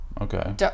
okay